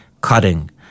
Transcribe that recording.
cutting